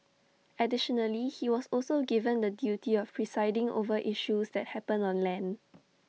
additionally he was also given the duty of presiding over issues that happen on land